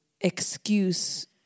excuse